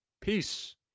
Peace